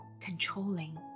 controlling